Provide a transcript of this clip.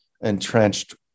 entrenched